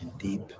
deep